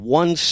one